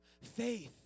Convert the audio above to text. faith